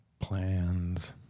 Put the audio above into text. Plans